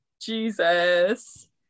Jesus